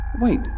Wait